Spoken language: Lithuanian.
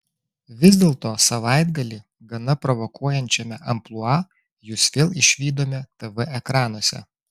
vis dėlto savaitgalį gana provokuojančiame amplua jus vėl išvydome tv ekranuose